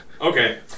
Okay